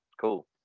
Cool